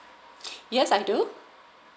yes I do